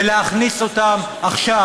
ולהכניס אותם עכשיו,